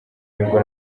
nibwo